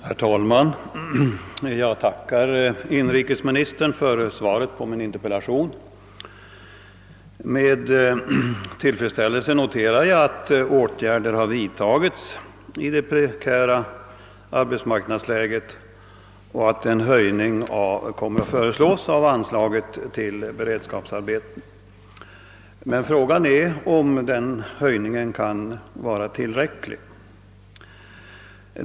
Herr talman! Jag tackar inrikesministern för svaret på min interpellation. Med tillfredsställelse noterar jag att åtgärder har vidtagits i det prekära arbetsmarknadsläget och att en höjning kommer att föreslås av anslaget till beredskapsarbeten. Frågan är dock om denna höjning är tillräcklig.